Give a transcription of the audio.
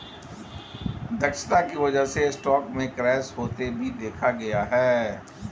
दक्षता की वजह से स्टॉक में क्रैश होते भी देखा गया है